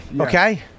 Okay